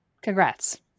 Congrats